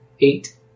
Eight